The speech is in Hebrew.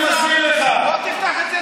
בוא תפתח את זה,